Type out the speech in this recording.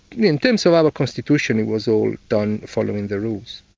in terms of our constitution it was all done following the rules.